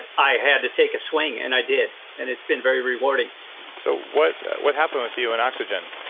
and i had to take a swing, and i did. and it's been very rewarding so what what happened with you and oxygen?